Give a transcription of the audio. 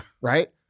right